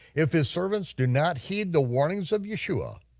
if his servants do not heed the warnings of yeshua,